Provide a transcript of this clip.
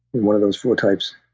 one of those four types.